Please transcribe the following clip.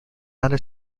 latter